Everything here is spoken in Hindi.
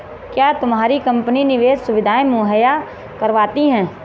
क्या तुम्हारी कंपनी निवेश सुविधायें मुहैया करवाती है?